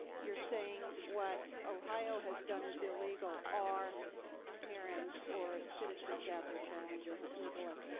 you're saying what ohio has done is illegal. are parents or citizens out there challenging it legally?